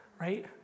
right